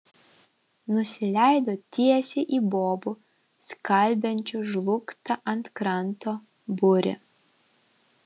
nusileido tiesiai į bobų skalbiančių žlugtą ant kranto būrį